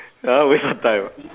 that one waste of time ah